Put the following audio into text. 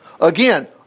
Again